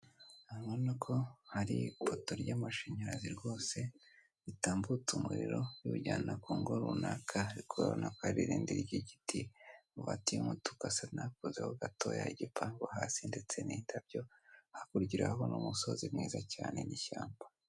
Aha urabona ko hari ipoto ry'amashanyarazi rwose ritambutsa umuriro riwujyana ku ngo runaka ariko urabona ko hari irindi ry'igiti amabati y'umutuku asa nakozeho gatoya igipangu hasi ndetse n'indabyo hakurya urahabona umusozi mwiza cyane n'ishyamba.